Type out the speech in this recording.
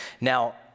Now